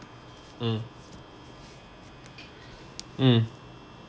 mm mm